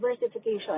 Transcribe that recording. diversification